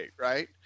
Right